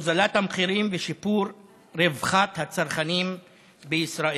הוזלת המחירים ושיפור רווחת הצרכנים בישראל.